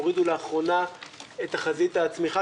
הורידו לאחרונה את תחזית הצמיחה,